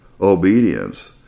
obedience